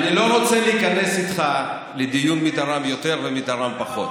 אני לא רוצה להיכנס איתך לדיון מי תרם יותר ומי תרם פחות,